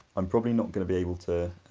i'm probably not going to be able to.